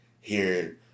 hearing